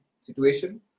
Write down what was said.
situation